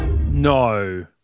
No